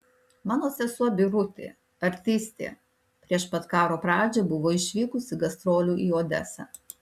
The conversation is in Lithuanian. mano sesuo birutė artistė prieš pat karo pradžią buvo išvykusi gastrolių į odesą